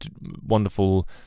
wonderful